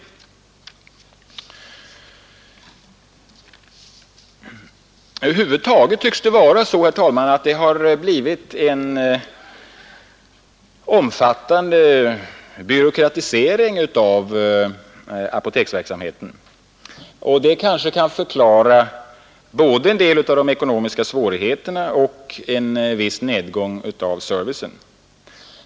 Över huvud taget tycks det ha skett en byråkratisering av apoteksverksamheten. Det kanske kan förklara både en del av de ekonomiska svårigheterna och nedgången i servicen.